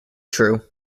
true